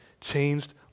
changed